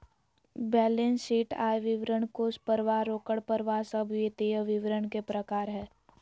balance sheet, आय विवरण, कोष परवाह, रोकड़ परवाह सब वित्तीय विवरण के प्रकार हय